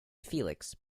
felix